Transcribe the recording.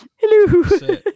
hello